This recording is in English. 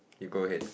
you go ahead